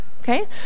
Okay